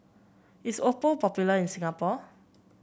is Oppo popular in Singapore